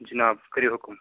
جِناب کٔرِو حُکُم